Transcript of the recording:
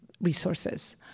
resources